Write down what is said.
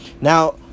Now